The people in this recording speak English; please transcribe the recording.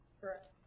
Correct